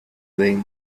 wing